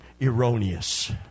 erroneous